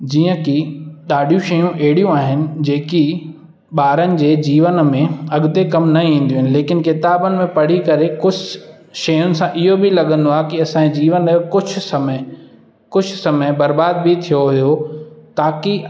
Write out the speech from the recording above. जीअं कि ॾाढियूं शयूं अहिड़ियूं आहिनि जेकी ॿारनि जे जीवन में अॻिते कमु न ईंदियूं लेकिन किताब में पढ़ी करे कुझु शयुनि सां इहो बि लॻंदो आहे कि असांजो जीवन कुझु समय कुझु समय बर्बाद बि थियो हुयो ताकी